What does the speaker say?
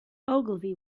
ogilvy